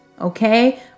Okay